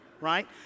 right